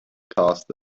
cast